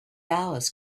hours